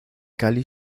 cali